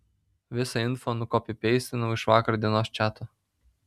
visą info nukopipeistinau iš vakar dienos čato